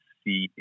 see